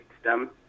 stem